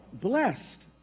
blessed